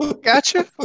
Gotcha